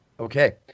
Okay